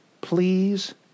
Please